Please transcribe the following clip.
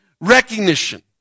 recognition